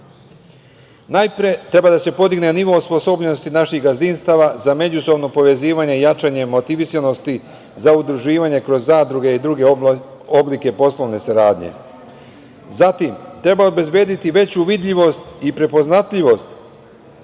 Najpre treba da se podigne nivo osposobljenosti naših gazdinstava za međusobno povezivanje i jačanje motivisanosti za udruživanje kroz zadruge i druge oblike poslovne saradnje, zatim, treba obezbediti veću vidljivost i prepoznatljivost